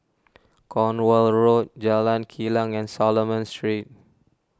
Cornwall Road Jalan Kilang and Solomon Street